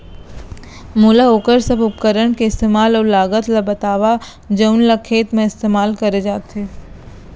मोला वोकर सब उपकरण के इस्तेमाल अऊ लागत ल बतावव जउन ल खेत म इस्तेमाल करे जाथे?